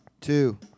two